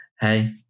hey